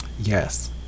Yes